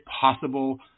possible